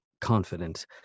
confident